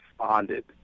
responded